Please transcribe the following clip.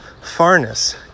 farness